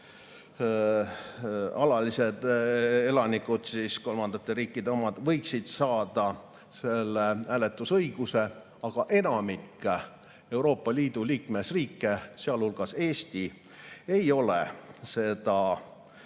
alalised elanikud, kes on kolmandate riikide kodanikud, võiksid saada selle hääletusõiguse. Enamik Euroopa Liidu liikmesriike, sealhulgas Eesti, ei ole seda